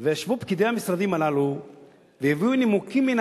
וישבו פקידי המשרדים הללו והביאו נימוקים מן